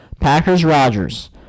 Packers-Rogers